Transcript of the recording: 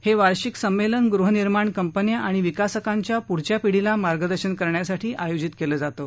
हे वार्षिक संमेलन गृहनिर्माण कंपन्या आणि विकासकांच्या पुढच्या पिढीला मार्गदर्शन करण्यासाठी आयोजित केलं जातं